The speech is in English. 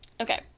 Okay